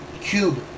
cube